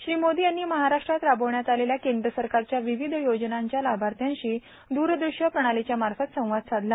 श्री मोदी यांनी महाराष्ट्रात राबविण्यात आलेल्या केंद्र सरकारच्या विविध योजनांच्या लाभार्थ्यांशी दूरदृश्यप्रणालीच्या मार्फत संवाद साधला